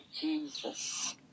Jesus